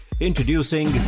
Introducing